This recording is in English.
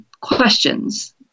questions